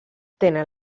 tenen